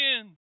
again